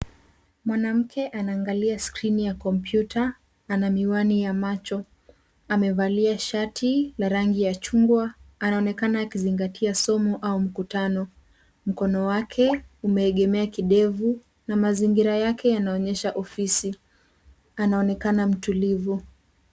Mwanamke anaangalia skrini ya kompyuta, ana miwani ya macho. Amevalia shati la rangi ya chungwa. Anaonekana akizingatia somo au mkutano. Mkono wake umeegemea kidevu na mazingira yake yanaonyesha ofisi. Anaonekana mtulivu.